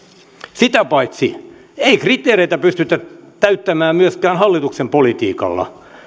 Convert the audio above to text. sitä paitsi ei kriteereitä pystytä täyttämään myöskään hallituksen politiikalla